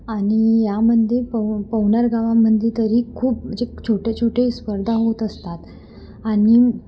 आणि यामध्ये पव पवनार गावामध्ये तरी खूप म्हणजे छोटे छोटे स्पर्धा होत असतात आणि